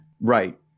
Right